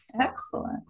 Excellent